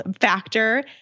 factor